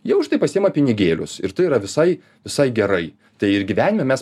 jie už tai pasiima pinigėlius ir tai yra visai visai gerai tai ir gyvenime mes